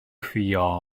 crio